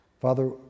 Father